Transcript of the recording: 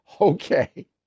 Okay